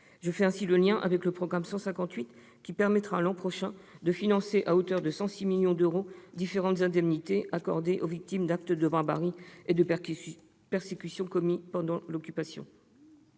Je fais ainsi le lien avec le programme 158, qui permettra, l'an prochain, de financer à hauteur de 106 millions d'euros différentes indemnités accordées aux victimes d'actes de barbarie et de persécutions commis pendant l'Occupation.